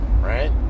right